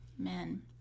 Amen